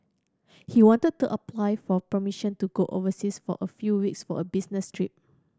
he wanted to apply for permission to go overseas for a few weeks for a business trip